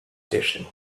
station